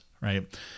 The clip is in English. Right